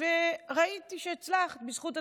וראיתי שהצלחת בזכות עצמך,